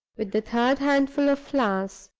with the third handful of flowers.